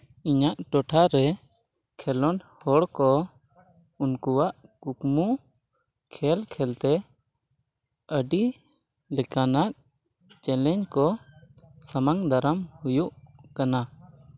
ᱤᱧᱟᱹᱜ ᱴᱚᱴᱷᱟ ᱨᱮ ᱠᱷᱮᱞᱳᱰ ᱦᱚᱲ ᱠᱚ ᱩᱱᱠᱩᱣᱟᱜ ᱠᱩᱠᱢᱩ ᱠᱷᱮᱹᱞ ᱠᱷᱮᱹᱞ ᱛᱮ ᱟᱹᱰᱤ ᱞᱮᱠᱟᱱᱟᱜ ᱪᱮᱞᱮᱧᱡᱽ ᱠᱚ ᱥᱟᱢᱟᱝ ᱫᱟᱨᱟᱢ ᱦᱩᱭᱩᱜ ᱠᱟᱱᱟ